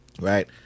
Right